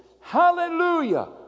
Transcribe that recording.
Hallelujah